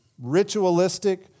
ritualistic